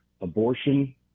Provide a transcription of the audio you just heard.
abortion